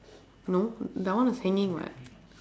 no that one was hanging what